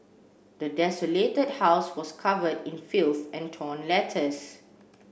the desolated house was covered in filth and torn letters